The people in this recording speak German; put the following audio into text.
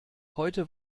heute